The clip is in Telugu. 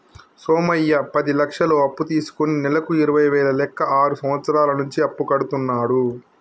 సోమయ్య పది లక్షలు అప్పు తీసుకుని నెలకు ఇరవై వేల లెక్క ఆరు సంవత్సరాల నుంచి అప్పు కడుతున్నాడు